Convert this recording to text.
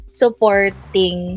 supporting